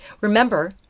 Remember